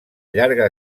llarga